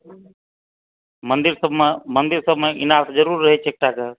मन्दिर सबमे मन्दिर सबमे ईनार जरूर रहैत छै एकटा कऽ